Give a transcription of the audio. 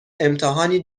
امتحانی